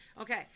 Okay